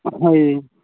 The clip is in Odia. ହଇ